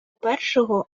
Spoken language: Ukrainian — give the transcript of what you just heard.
першого